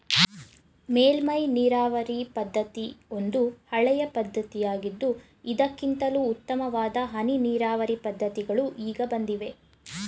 ಮೇಲ್ಮೈ ನೀರಾವರಿ ಪದ್ಧತಿ ಒಂದು ಹಳೆಯ ಪದ್ಧತಿಯಾಗಿದ್ದು ಇದಕ್ಕಿಂತಲೂ ಉತ್ತಮವಾದ ಹನಿ ನೀರಾವರಿ ಪದ್ಧತಿಗಳು ಈಗ ಬಂದಿವೆ